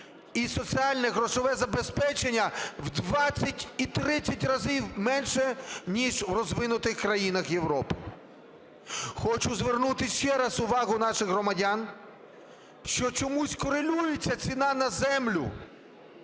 і соціальне грошове забезпечення в 20 і 30 разів менше, ніж в розвинутих країнах Європи. Хочу звернути ще раз увагу наших громадян, що чомусь корелюється ціна на землю